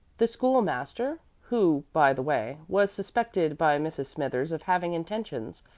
the school-master, who, by-the-way, was suspected by mrs. smithers of having intentions,